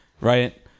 right